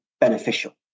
beneficial